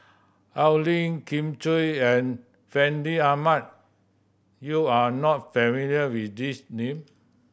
Al Lim Kin Chui and Fandi Ahmad you are not familiar with these name